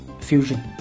fusion